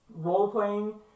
roleplaying